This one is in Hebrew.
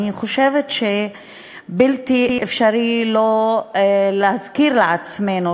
אני חושבת שבלתי אפשרי לא להזכיר לעצמנו,